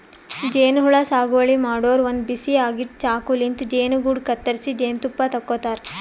ಜೇನಹುಳ ಸಾಗುವಳಿ ಮಾಡೋರು ಒಂದ್ ಬಿಸಿ ಆಗಿದ್ದ್ ಚಾಕುಲಿಂತ್ ಜೇನುಗೂಡು ಕತ್ತರಿಸಿ ಜೇನ್ತುಪ್ಪ ತಕ್ಕೋತಾರ್